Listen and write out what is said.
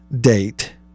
date